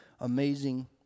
amazing